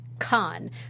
Khan